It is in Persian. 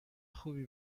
خوبی